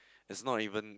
it's not even